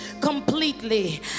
completely